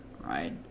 right